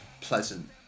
pleasant